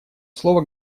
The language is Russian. слово